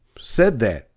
said that,